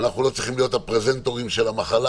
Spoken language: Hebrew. אנחנו לא צריכים להיות הפרזנטורים של המחלה,